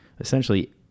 essentially